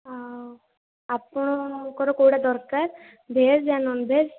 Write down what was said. ଆଉ ଆପଣଙ୍କର କେଉଁଟା ଦରକାର ଭେଜ୍ ନା ନନ୍ ଭେଜ୍